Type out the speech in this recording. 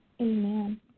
Amen